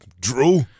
Drew